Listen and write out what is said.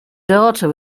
daughter